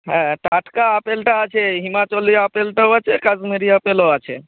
হ্যাঁ টাটকা আপেলটা আছে হিমাচলি আপেলটাও আছে কাশ্মীরি আপেলও আছে